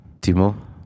Timo